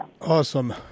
Awesome